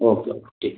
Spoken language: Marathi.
ओके ओके ठीक